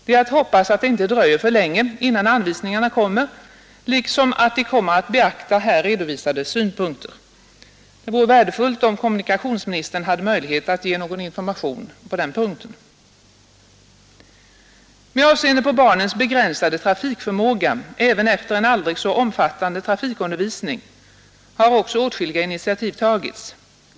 Det är att hoppas att det inte dröjer för länge innan anvisningarna utfärdas liksom att de kommer att beakta här redovisade synpunkter. Det vore värdefullt om kommunikationsministern hade möjlighet att ge någon information på den punkten. Med avseende på barnens begränsade trafikförmåga även efter en aldrig så omfattande trafikundervisning har också åtskilliga initiativ tagits.